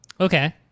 Okay